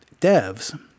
devs